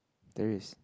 terrorist